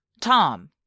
Tom